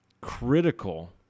critical